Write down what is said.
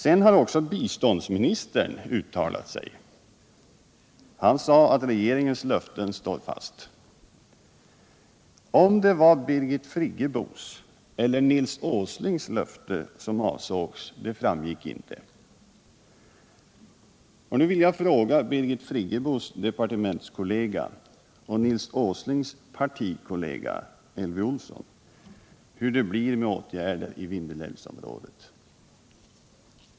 Sedan har också biståndsministern uttalat sig. Han sade att regeringens löften står fast. Om det var Birgit Friggebos eller Nils Åslings löfte som avsågs framgick inte. Nu vill jag fråga Birgit Friggebos departementskollega och Nils Åslings partikollega Elvy Olsson hur det blir med åtgärder i Vindelälvsområdet.